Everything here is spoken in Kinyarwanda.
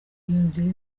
nzira